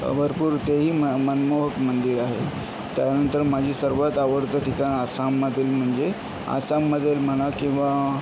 भरपूर तेही म मनमोहक मंदिर आहे त्यानंतर माझी सर्वात आवडतं ठिकाण आसाममधील म्हणजे आसाममधील म्हणा किंवा